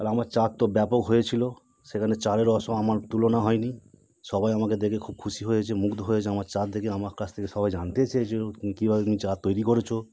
আর আমার চার তো ব্যাপক হয়েছিলো সেখানে চারের অবশ্য আমার তুলনা হয় নি সবাই আমাকে দেখে খুব খুশি হয়েছে মুগ্ধ হয়েছে আমার চার দেখে আমার কাছ থেকে সবাই জানতে চেয়েছিলো তুমি কীভাবে তুমি চার তৈরি করেছো